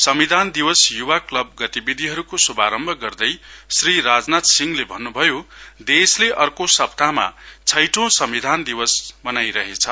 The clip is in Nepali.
संविधान दिवस युवा क्लब गतिविधिहरुको श्भरम्भ गर्दै श्री राजनाथ सिंहले भन्नु भयो देशले अर्को सप्ताहमा छैठौं संविधान दिवस मनाइरहेछ